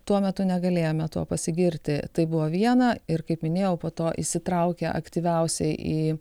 tuo metu negalėjome tuo pasigirti tai buvo viena ir kaip minėjau po to įsitraukė aktyviausiai į